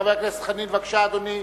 חבר הכנסת דב חנין, בבקשה, אדוני.